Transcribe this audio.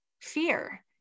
fear